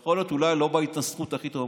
יכול להיות שאולי לא בהתנסחות הכי טובה,